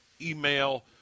email